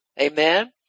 Amen